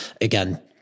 again